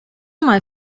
mal